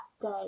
day